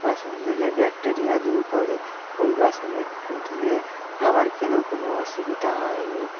বাসন ধুলে ব্যাকটেরিয়া দূর করে ওই বাসনের ধুলে খাবার খেলেও কোনো অসুবিধা হয়নি